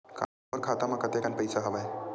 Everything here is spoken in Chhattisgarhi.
मोर खाता म कतेकन पईसा हवय?